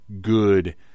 good